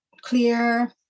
clear